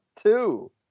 two